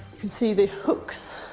can see the hooks